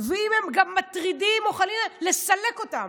ואם הם מטרידים, חלילה, לסלק אותם,